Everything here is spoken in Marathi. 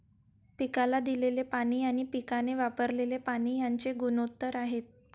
पिकाला दिलेले पाणी आणि पिकाने वापरलेले पाणी यांचे गुणोत्तर आहे